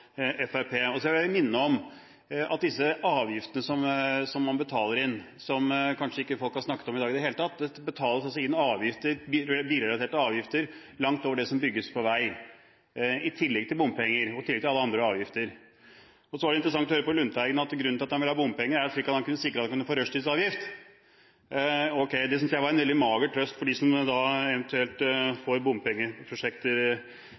viktig sak, så stemmer man på Fremskrittspartiet. Så vil jeg minne om disse avgiftene som man betaler inn, som kanskje ikke folk har snakket om i dag i det hele tatt. Det betales inn bilrelaterte avgifter langt over det som brukes på vei, i tillegg til bompenger og i tillegg til alle andre avgifter. Så var det interessant å høre på Lundteigen, at grunnen til at han ville ha bompenger, er at han kunne sikre seg å få rushtidsavgift. Det synes jeg var en veldig mager trøst for dem som eventuelt